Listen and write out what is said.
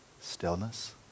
stillness